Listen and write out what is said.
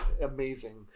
amazing